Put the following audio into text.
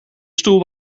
stoel